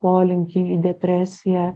polinkį į depresiją